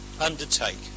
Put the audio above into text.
undertake